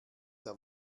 der